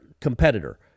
competitor